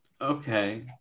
Okay